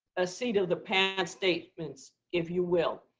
a seat of the pants statements, if you will.